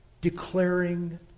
declaring